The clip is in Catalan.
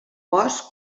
bosc